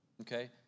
Okay